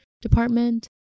department